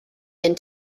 and